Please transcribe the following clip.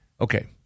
Okay